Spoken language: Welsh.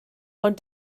ond